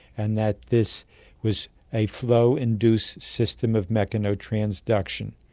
and that this was a flow-induced system of mechanotransduction.